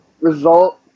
result